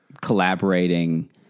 collaborating